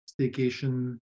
staycation